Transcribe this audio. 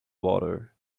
water